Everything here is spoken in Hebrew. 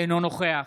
אינו נוכח